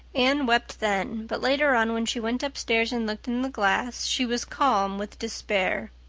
anne wept then, but later on, when she went upstairs and looked in the glass, she was calm with despair.